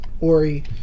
Ori